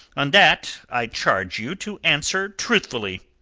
on that i charge you to answer truthfully.